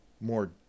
more